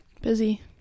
busy